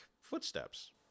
footsteps